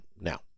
Now